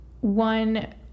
one